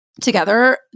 together